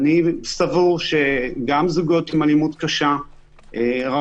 אני סבור שגם זוגות עם אלימות קשה זכאים